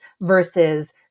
versus